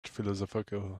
philosophical